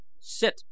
Sit